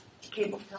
cable